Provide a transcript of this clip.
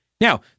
now